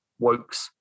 Wokes